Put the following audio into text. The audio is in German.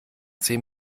zehn